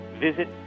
visit